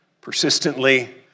persistently